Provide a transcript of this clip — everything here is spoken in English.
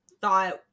thought